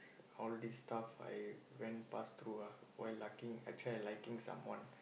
all this stuff I went past through ah why liking I try liking someone